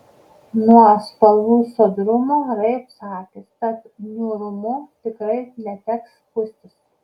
nuo spalvų sodrumo raibs akys tad niūrumu tikrai neteks skųstis